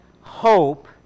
hope